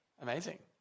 Amazing